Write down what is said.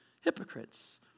hypocrites